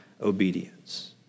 obedience